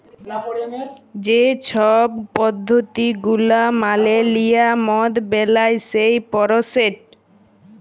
যে ছব পদ্ধতি গুলা মালে লিঁয়ে মদ বেলায় সেই পরসেসট